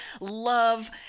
love